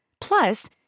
Plus